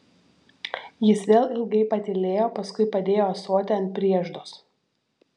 jis vėl ilgai patylėjo paskui padėjo ąsotį ant prieždos